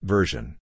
Version